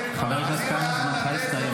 זמנך הסתיים.